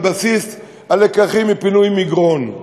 על בסיס הלקחים מפינוי מגרון,